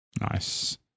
nice